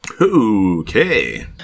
Okay